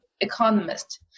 economist